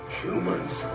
humans